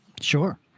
Sure